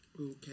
Okay